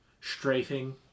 strafing